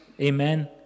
amen